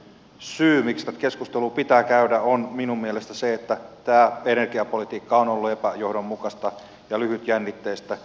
syy miksi tätä keskustelua pitää käydä on minun mielestäni se että tämä energiapolitiikka on ollut epäjohdonmukaista ja lyhytjännitteistä